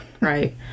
Right